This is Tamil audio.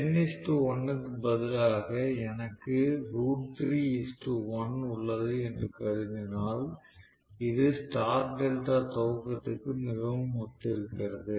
n 1 க்கு பதிலாக எனக்கு 1 உள்ளது என்று கருதினால் இது ஸ்டார் டெல்டா துவக்கத்திற்கு மிகவும் ஒத்திருக்கிறது